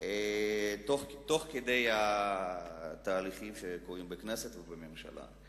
תוך כדי התהליכים שקורים בכנסת ובממשלה.